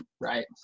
Right